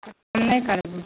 कम नहि करबहो